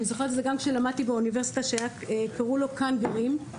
שנקרא ׳כאן גרים׳,